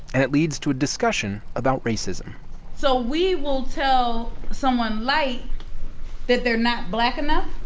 and it leads to a discussion about racism so we will tell someone light that they're not black enough?